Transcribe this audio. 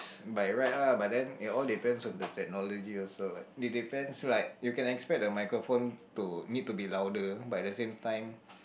by right lah but then it all depend on technology also what it depends like you can't expect the microphone to need to be louder but the same time